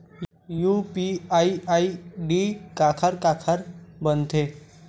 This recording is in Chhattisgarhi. यू.पी.आई आई.डी काखर काखर बनथे?